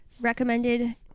recommended